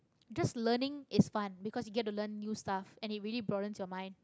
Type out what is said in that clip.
just learning is fun because you get to learn new stuff and it really broadens your mind